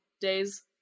days